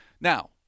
now